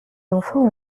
enfants